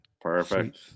Perfect